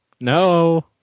No